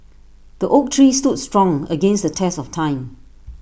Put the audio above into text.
the oak tree stood strong against the test of time